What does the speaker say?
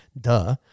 Duh